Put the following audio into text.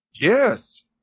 Yes